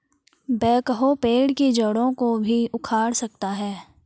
backhoe पेड़ की जड़ों को भी उखाड़ सकता है